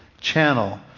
channel